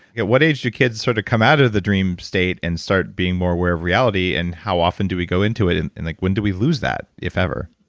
at what age do kids sort of come out of the dream state and start being more aware of reality, and how often do we go into it? and and like when do we lose that, if ever?